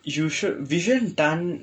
you you sure vivian tan